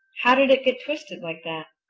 how did it get twisted like that?